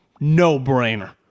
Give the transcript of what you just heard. no-brainer